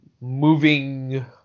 moving